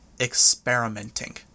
Experimenting